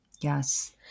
Yes